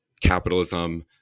capitalism